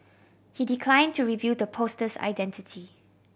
he decline to reveal the poster's identity